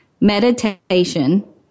meditation